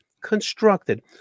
constructed